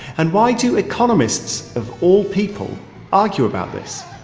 and why do economists of all people argue about this?